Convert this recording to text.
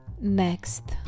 Next